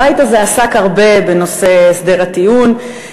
הבית הזה עסק הרבה בנושא הסדר הטיעון,